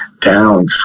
down